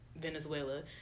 Venezuela